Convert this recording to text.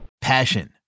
Passion